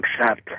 accept